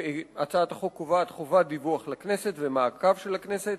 הצעת החוק קובעת חובת דיווח לכנסת ומעקב של הכנסת,